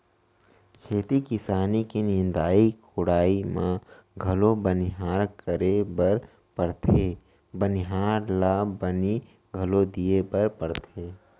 खेती किसानी के निंदाई कोड़ाई म घलौ बनिहार करे बर परथे बनिहार ल बनी घलौ दिये बर परथे